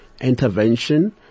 intervention